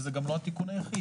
וזה גם לא התיקון היחיד.